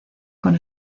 con